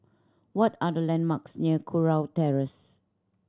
what are the landmarks near Kurau Terrace